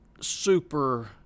super